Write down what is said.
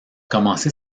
commencé